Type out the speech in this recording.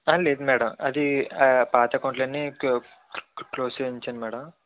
లేదు మేడం అది పాత అకౌంట్లన్ని క్లో క్లోజ్ చెయ్యించాను మేడం